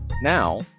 now